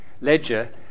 ledger